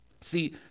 See